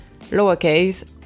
lowercase